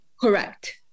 Correct